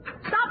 Stop